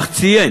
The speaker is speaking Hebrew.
אך הוא ציין